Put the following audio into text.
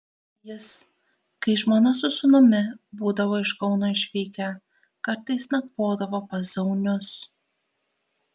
jis kai žmona su sūnumi būdavo iš kauno išvykę kartais nakvodavo pas zaunius